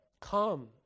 Come